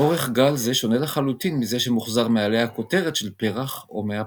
אורך גל זה שונה לחלוטין מזה שמוחזר מעלה הכותרת של הפרח או מהפרי.